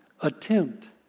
Attempt